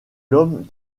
l’homme